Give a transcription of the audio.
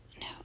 no